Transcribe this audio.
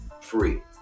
free